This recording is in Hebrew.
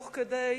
תוך כדי,